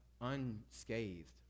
unscathed